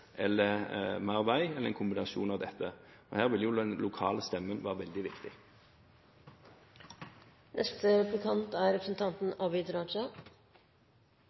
eller mer vei, eller en kombinasjon av dette. Her vil jo den lokale stemmen være veldig viktig. Jeg var i mitt innlegg inne på lokaltoget Bodø–Rognan, som er